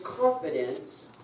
confidence